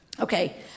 Okay